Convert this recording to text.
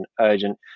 urgent